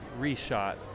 reshot